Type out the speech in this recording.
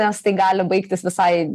nes tai gali baigtis visai